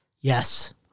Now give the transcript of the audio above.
Yes